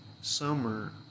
summer